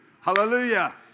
Hallelujah